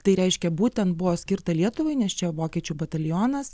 tai reiškia būtent buvo skirta lietuvai nes čia vokiečių batalionas